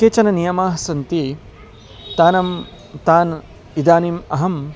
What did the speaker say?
केचन नियमाः सन्ति तान् तान् इदानीम् अहं